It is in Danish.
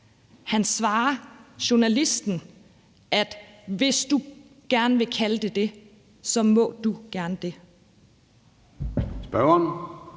Han svarer journalisten, at hvis du gerne vil kalde det det, må du gerne det. Kl.